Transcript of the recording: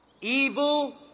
evil